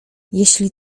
jeśli